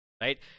right